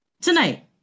Tonight